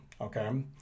okay